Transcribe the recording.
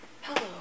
hello